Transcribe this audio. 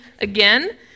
again